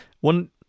One